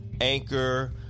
Anchor